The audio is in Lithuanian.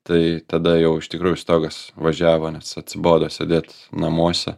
tai tada jau iš tikrųjų stogas važiavo nes atsibodo sėdėt namuose